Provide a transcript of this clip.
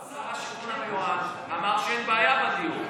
שר השיכון המיועד אמר שאין בעיה בדיור.